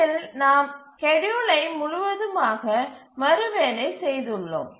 இதில் நாம் ஸ்கேட்யூலை முழுவதுமாக மறுவேலை செய்துள்ளோம்